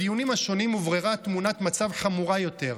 בדיונים השונים הובררה תמונת מצב חמורה יותר,